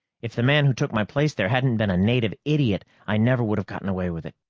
if the man who took my place there hadn't been a native idiot, i never would have gotten away with it.